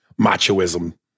machoism